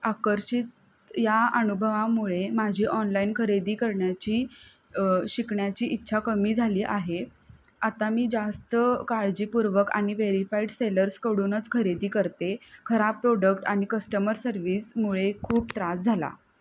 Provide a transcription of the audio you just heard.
आकर्षित या अनुभवामुळे माझी ऑनलाईन खरेदी करण्याची शिकण्याची इच्छा कमी झाली आहे आता मी जास्त काळजीपूर्वक आणि व्हेरिफाईड सेलर्सकडूनच खरेदी करते खराब प्रोडक्ट आणि कस्टमर सर्व्हिसमुळे खूप त्रास झाला